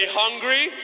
hungry